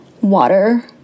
water